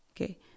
Okay